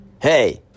Hey